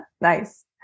Nice